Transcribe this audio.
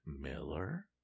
Miller